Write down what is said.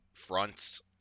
fronts